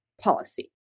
Policy